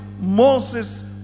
Moses